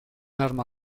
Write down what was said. arma